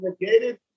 negated